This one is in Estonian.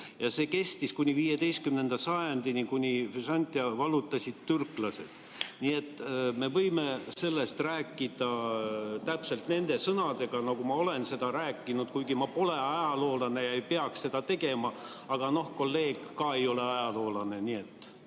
See püsis kuni 15. sajandini, kui Byzantioni vallutasid türklased. Nii et me võime sellest rääkida täpselt nende sõnadega, nagu ma olen sellest rääkinud, kuigi ma pole ajaloolane ja ei peaks seda tegema. Aga kolleeg ka ei ole ajaloolane.